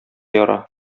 яра